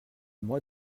mois